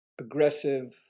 aggressive